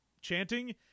chanting